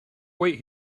wait